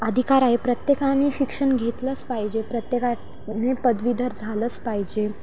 अधिकार आहे प्रत्येकाने शिक्षण घेतलंच पाहिजे प्रत्येकाने पदवीधर झालंच पाहिजे